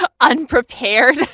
unprepared